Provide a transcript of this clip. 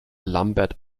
lambert